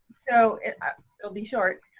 so it'll be short.